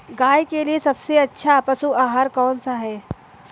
गाय के लिए सबसे अच्छा पशु आहार कौन सा है?